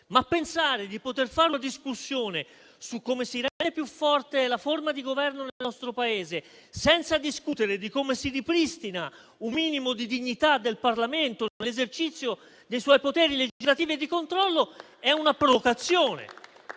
però, di poter fare una discussione su come si rende più forte la forma di Governo nel nostro Paese senza discutere di come si ripristina un minimo di dignità del Parlamento nell'esercizio dei suoi poteri legislativi e di controllo è una provocazione.